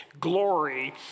glory